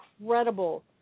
incredible